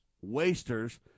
wasters